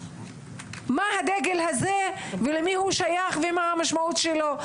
מה הדגל הזה ולמי הוא שייך ומה המשמעות שלו,